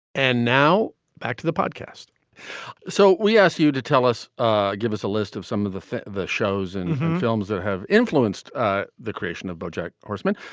and now back to the podcast so we ask you to tell us ah give us a list of some of the the shows and films that have influenced ah the creation of bojack horseman.